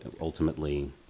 ultimately